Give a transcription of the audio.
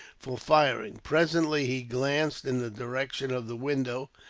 for firing. presently, he glanced in the direction of the window.